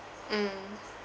mm